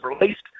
released